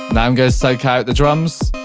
and i'm going to so take out the drums.